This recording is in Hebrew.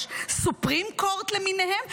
יש Supreme Courts למיניהם,